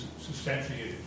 substantiated